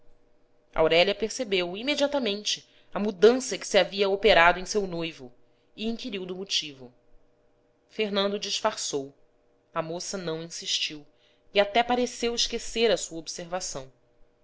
aurélia percebeu imediatamente a mudança que se havia operado em seu noivo e inquiriu do motivo fernando disfarçou a moça não insistiu e até pareceu esquecer a sua obser vação